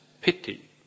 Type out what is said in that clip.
pity